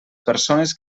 persones